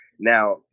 Now